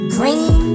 Green